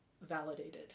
validated